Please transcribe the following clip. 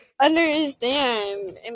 understand